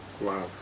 Wow